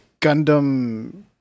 Gundam